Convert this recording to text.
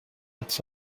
its